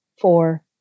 four